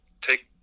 take